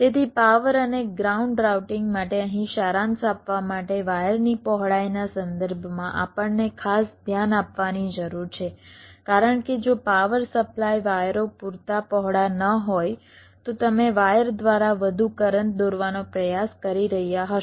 તેથી પાવર અને ground routing માટે અહીં સારાંશ આપવા માટે વાયરની પહોળાઈના સંદર્ભમાં આપણને ખાસ ધ્યાન આપવાની જરૂર છે કારણ કે જો પાવર સપ્લાય વાયરો પૂરતા પહોળા ન હોય તો તમે વાયર દ્વારા વધુ કરંટ દોરવાનો પ્રયાસ કરી રહ્યા હશો